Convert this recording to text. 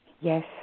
Yes